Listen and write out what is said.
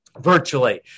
virtually